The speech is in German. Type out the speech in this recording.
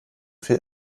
viel